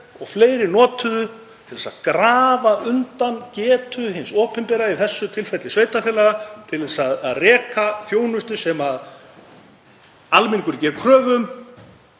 og fleiri notuðu, til þess að grafa undan getu hins opinbera, í þessu tilfelli sveitarfélaga, til að reka þjónustu sem almenningur gerir kröfu